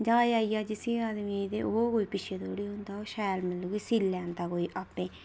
जाच आई जा जिसी आदमियै गी ओह् पिच्छे थोह्ड़ी होंदा शैल मतलब की सीऽ लैंदा कोई आपें